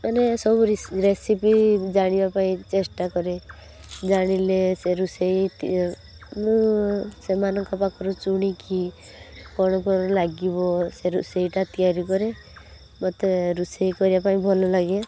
ମାନେ ସବୁ ରେସିପି ଜାଣିବା ପାଇଁ ଚେଷ୍ଟା କରେ ଜାଣିଲେ ସେ ରୋଷେଇ ମୁଁ ସେମାନଙ୍କ ପାଖରୁ ଶୁଣିକି କ'ଣ କ'ଣ ଲାଗିବ ସେ ରୋଷେଇଟା ତିଆରି କରେ ମୋତେ ରୋଷେଇ କରିବା ପାଇଁ ଭଲ ଲାଗେ